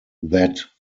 that